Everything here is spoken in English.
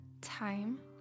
time